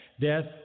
Death